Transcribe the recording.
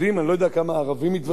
אני לא יודע כמה ערבים מתווספים,